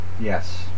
Yes